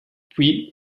puis